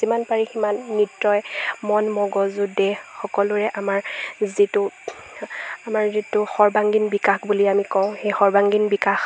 যিমান পাৰি সিমান নৃত্যই মন মগজু দেহ সকলোৰে আমাৰ যিটো আমাৰ যিটো সৰ্বাংগীন বিকাশ বুলি আমি কওঁ সেই সৰ্বাংগীন বিকাশ